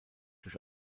durch